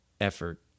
effort